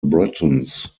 britons